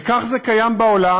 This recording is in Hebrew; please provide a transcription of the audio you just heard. וכך זה קיים בעולם,